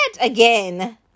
again